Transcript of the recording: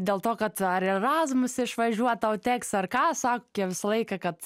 dėl to kad ar į erasmus išvažiuoti tau teks ar ką sakė visą laiką kad